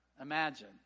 Imagine